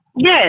yes